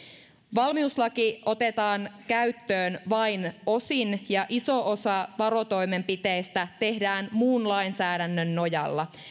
valmiuslaki otetaan käyttöön vain osin ja iso osa varotoimenpiteistä tehdään muun lainsäädännön nojalla